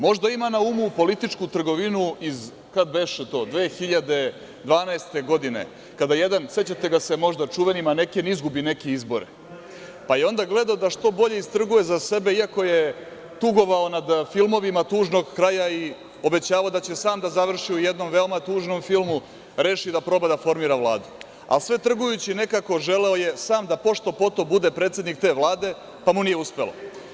Možda ima na umu političku trgovinu iz, kad beše to 2012. godine, kada jedan, sećate ga se možda čuveni maneken izgubi neke izbore, pa je onda gledao da što bolje istrguje za Srbe iako je tugovao nad filmovima tužnog kraja i obećavao da će sam da završi u jednom veoma tužnom filmu, reši da proba da formira Vladu, a sve trgujući nekako, želeo je sam da pošto poto bude predsednik te Vlade, pa mu nije uspelo.